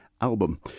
album